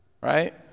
Right